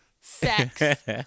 Sex